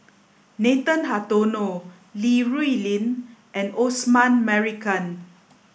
Nathan Hartono Li Rulin and Osman Merican